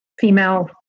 female